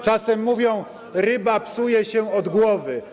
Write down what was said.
Czasem mówią: Ryba psuje się od głowy.